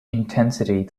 intensity